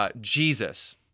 Jesus